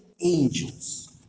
angels